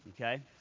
Okay